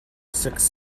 six